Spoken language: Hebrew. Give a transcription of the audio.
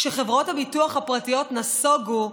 כשחברות הביטוח הפרטיות נסוגו,